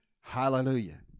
Hallelujah